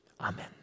Amen